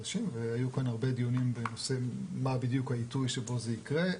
והיו כאן הרבה דיונים לגבי מה בדיוק העיתוי שבו זה יקרה.